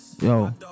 Yo